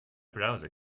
browser